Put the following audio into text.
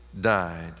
died